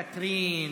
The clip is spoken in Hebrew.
קטרין.